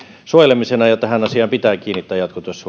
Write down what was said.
suojelemisena ja tähän asiaan pitää kiinnittää jatkotyössä